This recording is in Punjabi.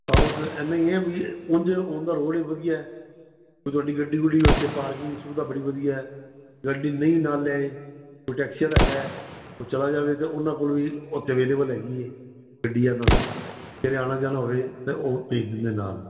ਹਾਂ ਬਸ ਐਨਾ ਈ ਐ ਵੀ ਉਂਜ ਉਨ੍ਹਾਂ ਦਾ ਰੋਡ ਵੀ ਵਧੀਆ ਐ ਤੇ ਤੁਹਾਡੀ ਗੱਡੀ ਗੁੱਡੀ ਵੀ ਓਥੇ ਪਾਰਕਿੰਗ ਸੁਵਿਧਾ ਬੜੀ ਵਧੀਆ ਐ ਗੱਡੀ ਨਈਂ ਨਾਲ ਲਿਆਏ ਉਹ ਟੈਕਸੀ ਆਲਾ ਹੈਗਾ ਐ ਉਹ ਚਲਾ ਜਾਵੇ ਤੇ ਉਨ੍ਹਾਂ ਕੋਲ ਵੀ ਓਥੇ ਅਵੇਲੇਬਲ ਹੈਗੀ ਏ ਗੱਡੀ ਉਨ੍ਹਾਂ ਦੀ ਕਿਤੇ ਆਣਾ ਜਾਣਾ ਹੋਵੇ ਤਾਂ ਉਹ ਭੇਜ ਦਿੰਦੇ ਨਾਲ